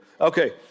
Okay